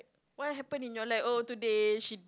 what happen in your life oh today she